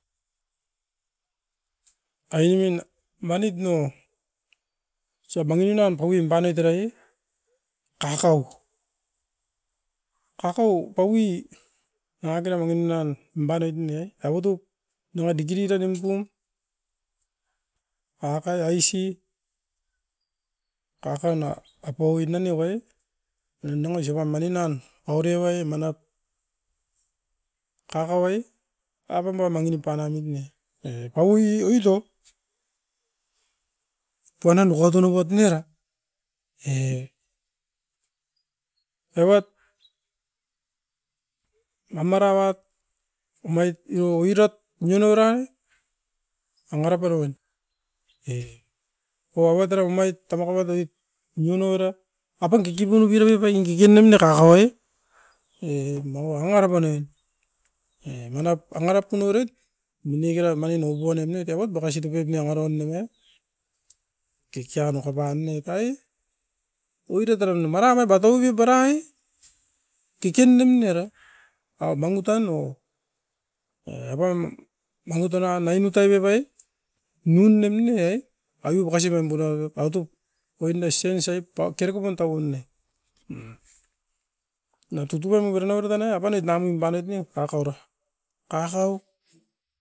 Ainemin manit no, isop mangi ni nan pouim panoit era e, kakau. Kakau paui nanga kera mangi ni nan nimpanoit ne, eva top nanga diki dida nimpun, kakai aisi kakau na apaui mane uai era nanga isopan mani nan pauriovai, manap kakau e, apambo mangi nip panamit ne. E paui oitop, puanan dukaut onobot niera e evat na mara uat omait io irot nenorai angara paroin. E ou au etoro omait tamaka matoit niu novera, apan kikipun nu biropep ai kikinum ne kakau e, e maua angara panoin. E manap angarap tunourit minikera mangin o puponem noit evat bakasit o pep nia uara uan nem ia, kekian okapan ne oit ai. Oira taran da maraua batoivi bara e, kikin num nera a mangutan o. E apam mangutan nan ainu tai pep ai? Nun nem ne, aveu bakasi baim punan to autup, oinda se sait pa keruku pan ta'un ne. Na tutu uam ubiran nau era tanai apanoit nanuim banoit ne kakau ra, pas au